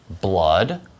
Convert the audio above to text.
blood